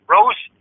Rose